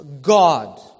God